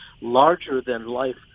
larger-than-life